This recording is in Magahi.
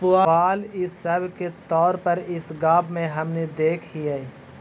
पुआल इ सब के तौर पर इस गाँव में हमनि देखऽ हिअइ